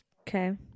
Okay